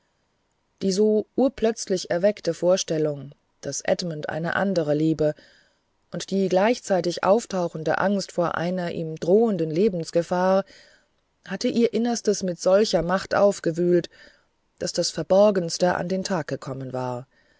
die so urplötzlich erweckte vorstellung daß edmund eine andere liebe und die gleichzeitig auftauchende angst vor einer ihm drohenden lebensgefahr hatte ihr innerstes mit solcher macht aufgewühlt daß das verborgenste an den tag gekommen war